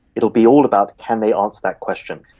it will be all about can they answer that question.